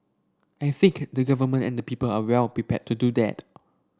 I think the Government and the people are well prepared to do that